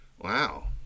Wow